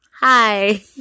Hi